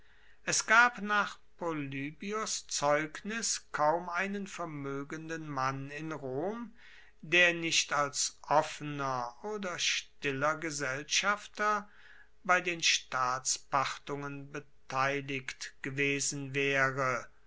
es gab nach polybios zeugnis kaum einen vermoegenden mann in rom der nicht als offener oder stiller gesellschafter bei den staatspachtungen beteiligt gewesen waere